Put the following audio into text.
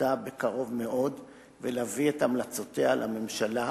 עבודתה בקרוב מאוד ולהביא את המלצותיה לממשלה.